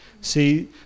See